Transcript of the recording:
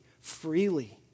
freely